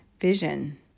vision